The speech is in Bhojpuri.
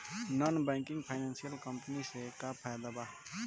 नॉन बैंकिंग फाइनेंशियल कम्पनी से का फायदा बा?